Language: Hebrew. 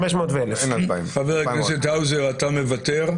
אין 2,000. חבר הכנסת האוזר, אתה מוותר?